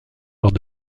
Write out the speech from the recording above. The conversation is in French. lors